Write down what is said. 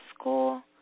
school